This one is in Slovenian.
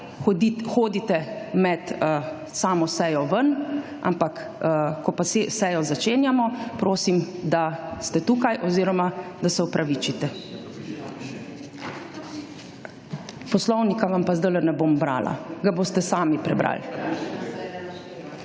hodite med samo sejo ven, ampak ko pa sejo začenjamo, prosim da ste tukaj oziroma da se opravičite. Poslovnika vam pa zdajle ne bom brala, ga boste sami prebrali.